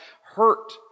hurt